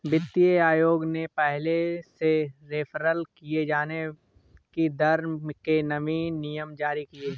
वित्तीय आयोग ने पहले से रेफेर किये जाने की दर के नवीन नियम जारी किए